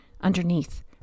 underneath